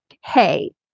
hey